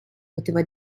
poteva